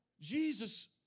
Jesus